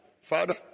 father